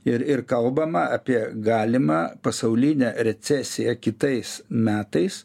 ir ir kalbama apie galimą pasaulinę recesiją kitais metais